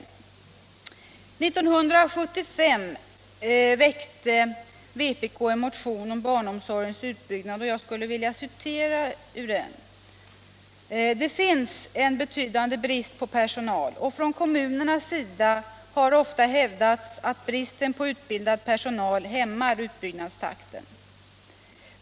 År 1975 väckte vpk en motion om barnomsorgens utbyggnad som jag vill citera ur: ”Dessutom finns det en betydande brist på utbildad personal inom barnomsorgen. Från kommunernas sida har ofta hävdats att bristen på utbildad personal hämmar utbyggnadstakten av barnomsorgen.